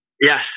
Yes